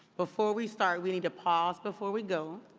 before we start, we need to pause before we go.